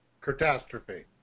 catastrophe